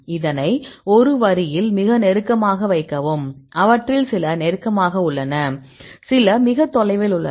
இதனை ஒரு வரியில் மிக நெருக்கமாக வைக்கவும் அவற்றில் சில நெருக்கமாக உள்ளன சில மிக தொலைவில் உள்ளன